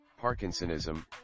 Parkinsonism